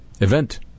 event